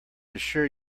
assure